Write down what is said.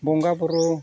ᱵᱚᱸᱜᱟ ᱵᱩᱨᱩ